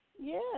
Yes